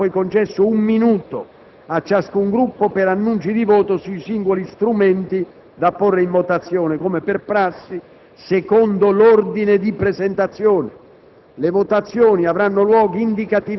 Conclusa la diretta televisiva, sarà poi concesso un minuto a ciascun Gruppo per annunci di voto sui singoli strumenti da porre in votazione, come per prassi, secondo l'ordine di presentazione.